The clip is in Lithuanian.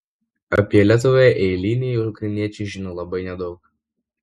apie lietuvą eiliniai ukrainiečiai žino labai nedaug